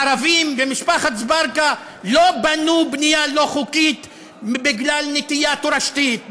הערבים במשפחת אזברגה לא בנו בנייה לא חוקית בגלל נטייה תורשתית,